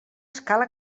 escala